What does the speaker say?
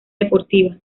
deportiva